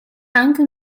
anche